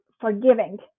forgiving